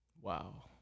Wow